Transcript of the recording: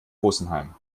rosenheim